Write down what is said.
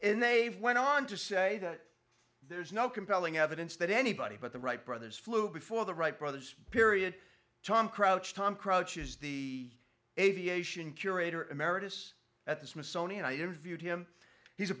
and they went on to say that there's no compelling evidence that anybody but the wright brothers flew before the wright brothers period tom crouch tom crouches the aviation curator emeritus at the smithsonian i interviewed him he's a